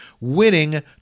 winning